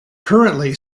currently